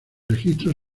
registros